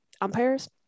umpires